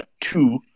two